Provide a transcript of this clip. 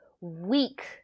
weak